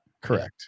Correct